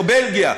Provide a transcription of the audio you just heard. או בלגיה,